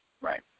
right